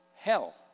Hell